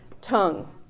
tongue